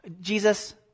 Jesus